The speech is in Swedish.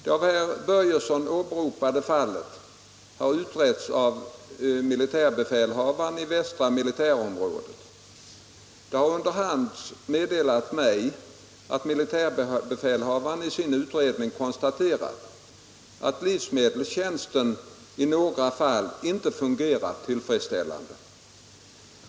Det av herr Börjesson åberopade fallet har utretts av militärbefälhavaren i västra militärområdet. Det har under hand meddelats mig att militärbefälhavaren i sin utredning konstaterat att livsmedelstjänsten i några fall inte fungerat tillfredsställande.